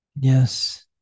Yes